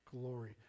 glory